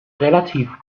relativ